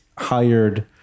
hired